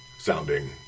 sounding